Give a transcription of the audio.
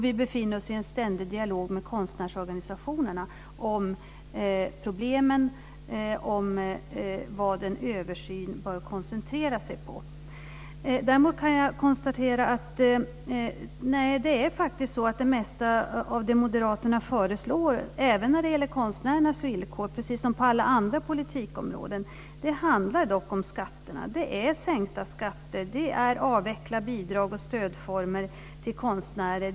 Vi befinner oss i en ständig dialog med konstnärsorganisationerna om problemen, om vad en översyn bör koncentrera sig på. Däremot kan jag konstatera att det mesta av det moderaterna föreslår, även när det gäller konstnärernas villkor, precis som på alla andra politikområden, handlar om skatterna. Det är sänkta skatter och avveckling av bidrag och stödformer till konstnärer.